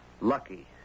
lucky